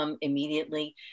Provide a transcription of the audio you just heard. immediately